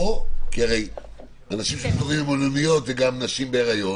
הרי אנשים שפטורים ממלוניות זה גם נשים בהיריון,